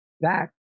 back